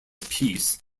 peace